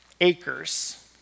acres